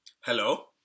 Hello